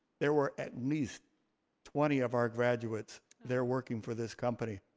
there were at least twenty of our graduates there working for this company.